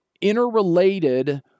interrelated